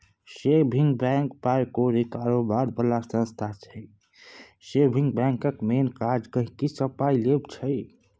saving bank पाइ कौरी कारोबार बला संस्था छै सेबिंग बैंकक मेन काज गांहिकीसँ पाइ लेब छै